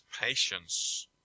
patience